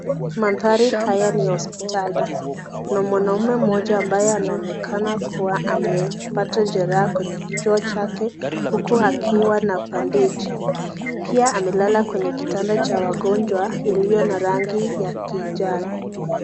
Mandhari haya ni ya hospitali. Kuna mwanaume mmoja ambaye anaonekana kuwa amepata jeraha kwenye kichwa chake huku akiwa na bandeji. Pia amelala kwenye kitanda cha wagonjwa ilio na rangi ya kijani.